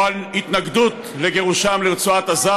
או על התנגדות לגירושם לרצועת עזה,